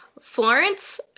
Florence